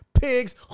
pigs